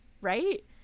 Right